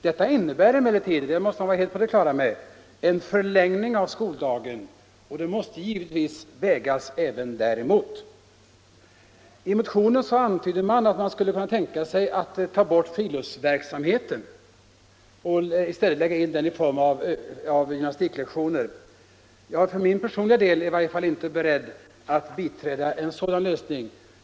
Detta innebär emellertid — det måste man vara helt på det klara med — en förlängning av skoldagen, och det måste givetvis vägas även däremot. I motionen antyds att man skulle kunna tänka sig att ta bort friluftsverksamheten i nuvarande form och i stället lägga in den tiden i form av gymnastiklektioner. Jag för min personliga del är i varje fall inte beredd att biträda en sådan lösning.